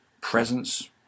presence